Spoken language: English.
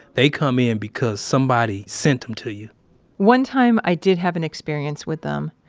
they come in because somebody sent them to you one time, i did have an experience with them,